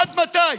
עד מתי?